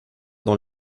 dans